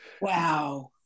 Wow